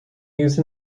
used